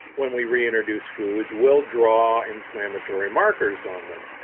when we reintroduce foods, we'll draw inflammatory markers on them.